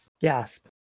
gasp